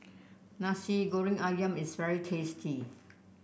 Nasi Goreng ayam is very tasty